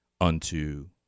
unto